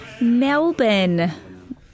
Melbourne